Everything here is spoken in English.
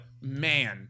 man